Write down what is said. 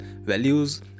values